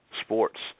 sports